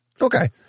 Okay